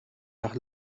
nach